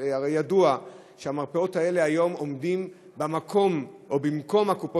הרי ידוע שהמרפאות האלה היום עומדות במקום קופות-החולים.